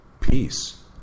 peace